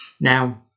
Now